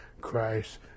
Christ